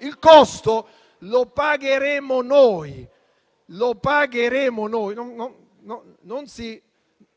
Il costo lo pagheremo noi; ripeto,